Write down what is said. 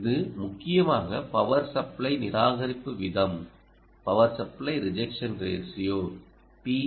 இது முக்கியமாக power supply நிராகரிப்பு விகிதம் பி